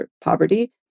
poverty